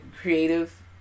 creative